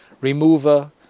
Remover